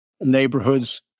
neighborhoods